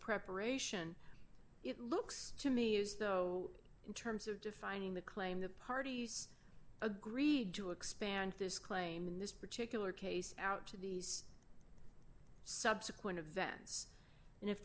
preparation it looks to me as though in terms of defining the claim the parties agreed to expand this claim in this particular case out to these subsequent events and if